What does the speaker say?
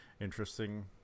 interesting